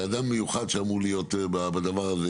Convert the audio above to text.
זה אדם מיוחד שאמור להיות בדבר הזה,